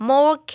More